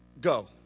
go